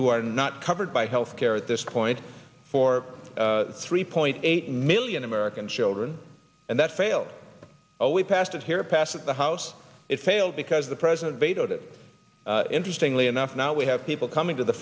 who are not covered by health care at this point for three point eight million american children and that failed we passed it here passed the house it failed because the president vetoed it interestingly enough now we have people coming to the